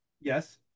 Yes